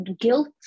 guilt